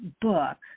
book